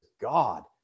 God